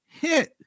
hit